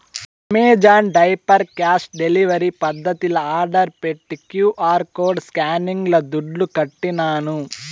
Amazon diaper cash delivery పద్దతిల order పెట్టి QR code స్కానింగ్ల దుడ్లుకట్టినాను